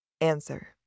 Answer